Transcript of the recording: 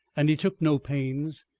and he took no pains.